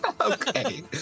Okay